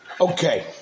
Okay